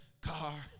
car